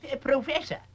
Professor